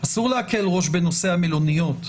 אסור להקל ראש בנושא המלוניות.